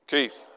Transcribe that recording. Keith